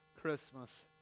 Christmas